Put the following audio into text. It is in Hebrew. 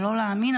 לא להאמין,